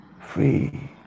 free